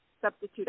substitute